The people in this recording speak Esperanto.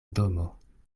domo